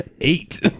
Eight